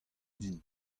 din